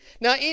Now